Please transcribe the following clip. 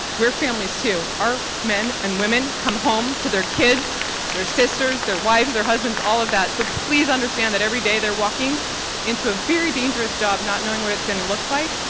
we're families too. our men and women come home to their kids their sisters, their wives, their husbands, all of that, so please understand that every day they're walking into a very dangerous job not knowing what it's going to look like,